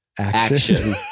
Action